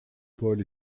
pôles